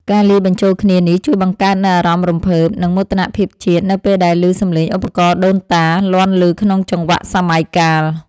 ការលាយបញ្ចូលគ្នានេះជួយបង្កើតនូវអារម្មណ៍រំភើប និងមោទនភាពជាតិ នៅពេលដែលឮសំឡេងឧបករណ៍ដូនតា លាន់ឮក្នុងចង្វាក់សម័យកាល។